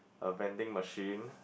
a vending machine